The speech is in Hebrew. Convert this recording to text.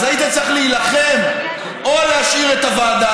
אז היית צריך להילחם: להשאיר את הוועדה